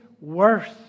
worth